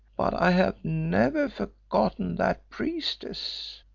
but i have never forgotten that priestess,